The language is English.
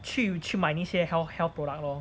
去去买那些 health health product lor